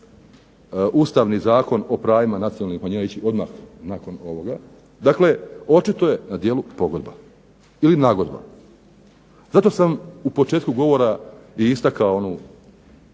Ustavni zakon o pravima nacionalnih manjina ići odmah nakon ovoga. Dakle, očito je na djelu pogodba ili nagodba. Zato sam u početku govora i istakao onu